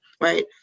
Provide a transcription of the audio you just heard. right